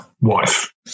wife